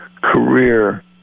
career